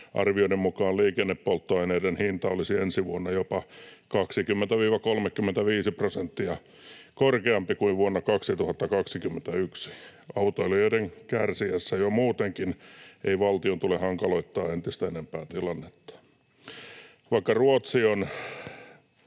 Arvioiden mukaan liikennepolttoaineiden hinta olisi ensi vuonna jopa 20—35 prosenttia korkeampi kuin vuonna 2021. Autoilijoiden kärsiessä jo muutenkin ei valtion tule hankaloittaa tilannetta entistä enempää. Vaikka Ruotsi on